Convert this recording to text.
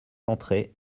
entrée